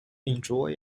enjoy